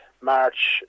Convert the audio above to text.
march